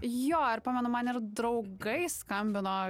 jo ir pamenu man ir draugai skambino